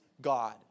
God